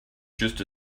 just